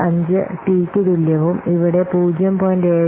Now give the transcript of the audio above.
75 ടിക്ക് തുല്യവും ഇവിടെ 0